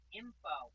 info